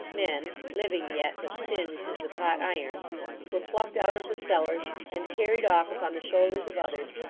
men living yet, but singed as with hot irons were plucked out of the cellars, and carried off upon the shoulders of others,